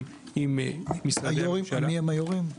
עם משרדי הממשלה --- מי הם היו"רים?